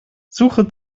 suche